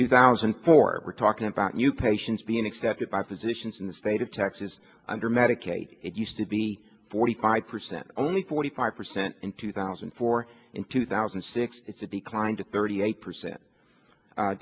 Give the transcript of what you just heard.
two thousand and four we're talking about new patients being accepted by positions in the state of texas under medicaid it used to be forty five percent only forty five percent in two thousand and four in two thousand and six it's a declined to thirty eight percent